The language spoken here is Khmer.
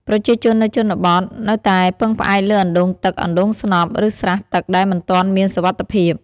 ប្រជាជននៅជនបទនៅតែពឹងផ្អែកលើអណ្ដូងទឹក អណ្ដូងស្នប់ ឬស្រះទឹកដែលមិនទាន់មានសុវត្ថិភាព។